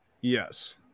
Yes